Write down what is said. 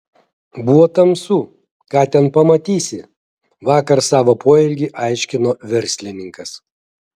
buvo tamsu ką ten pamatysi vakar savo poelgį aiškino verslininkas